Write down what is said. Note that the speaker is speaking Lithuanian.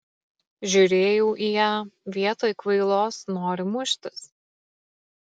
žiūrėjau į ją vietoj kvailos nori muštis